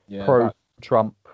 pro-Trump